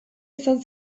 izan